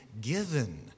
given